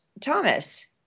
Thomas